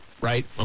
right